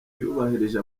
yubahirije